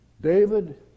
David